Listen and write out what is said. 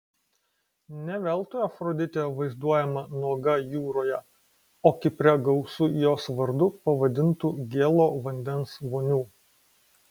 ne veltui afroditė vaizduojama nuoga jūroje o kipre gausu jos vardu pavadintų gėlo vandens vonių